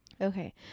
okay